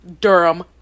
Durham